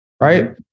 right